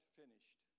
finished